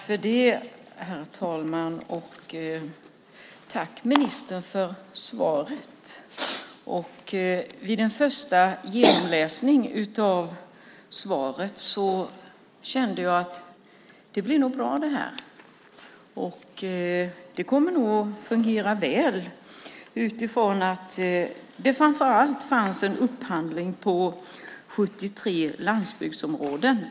Herr talman! Tack, ministern, för svaret! Vid en första genomläsning av svaret kände jag att det här nog blir bra, att det nog kommer att fungera väl, utifrån att det framför allt finns en upphandling på 73 landsbygdsområden.